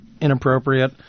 inappropriate